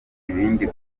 ibindi